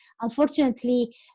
unfortunately